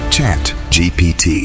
ChatGPT